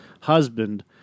husband